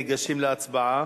ניגשים להצבעה.